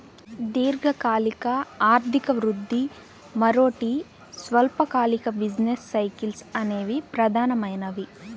దీర్ఘకాలిక ఆర్థిక వృద్ధి, మరోటి స్వల్పకాలిక బిజినెస్ సైకిల్స్ అనేవి ప్రధానమైనవి